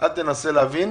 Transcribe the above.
ואל תנסה להבין.